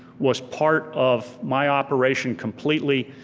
was part of my operation completely,